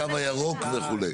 הקו הירוק וכו'.